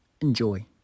Enjoy